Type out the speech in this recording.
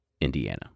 Indiana